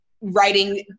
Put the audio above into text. writing